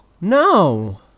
No